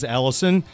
Allison